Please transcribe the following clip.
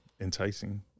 enticing